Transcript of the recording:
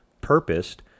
purposed